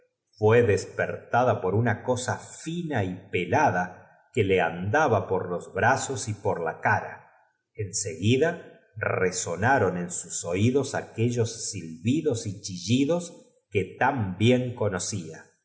fué despertada por una cosa fina y pelada que le andaba por los brazos y por la cara en seguida resonaron en sus oídos aquellos silbidos y chillidos que tan bien con